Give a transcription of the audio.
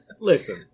Listen